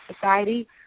society